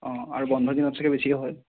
আৰু বন্ধৰ দিনত চাগে বেছিয়েই হয়